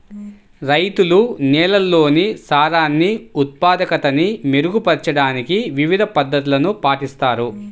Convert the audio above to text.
రైతులు నేలల్లోని సారాన్ని ఉత్పాదకతని మెరుగుపరచడానికి వివిధ పద్ధతులను పాటిస్తారు